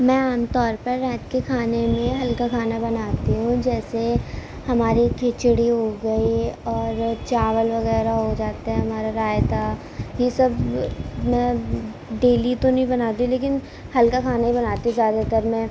میں عام طور پر رات کے کھانے میں ہلکا کھانا بناتی ہوں جیسے ہماری کھچڑی ہو گئی اور چاول وغیرہ ہو جاتے ہیں ہمارا رائتہ یہ سب میں ڈیلی تو نہیں بناتی لیکن ہلکا کھانے بناتی ہوں زیادہ تر میں